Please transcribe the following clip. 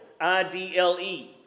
I-D-L-E